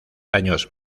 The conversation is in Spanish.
años